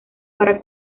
para